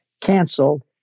canceled